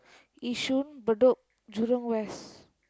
Yishun Bedok Jurong-West